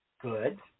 Good